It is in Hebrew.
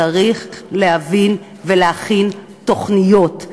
צריך להבין ולהכין תוכניות,